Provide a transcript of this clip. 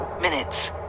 minutes